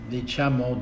diciamo